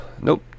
Nope